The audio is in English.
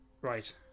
Right